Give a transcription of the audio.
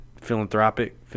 philanthropic